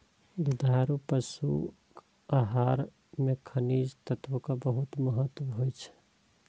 दुधारू पशुक आहार मे खनिज तत्वक बहुत महत्व होइ छै